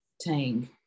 tang